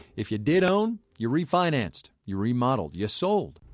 if you did own, you re-financed, you remodeled, you sold